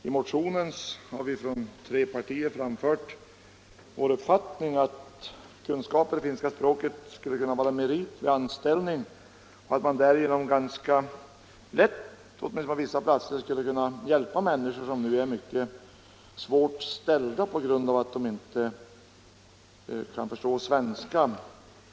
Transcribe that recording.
I motionen har vi från tre partier framfört vår uppfattning att kunskaper i finska språket skulle kunna vara en merit vid anställning och att man därigenom ganska lätt, åtminstone på vissa platser, skulle kunna hjälpa människor som nu är mycket illa ställda på grund av att de inte förstår svenska.